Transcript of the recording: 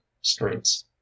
Streets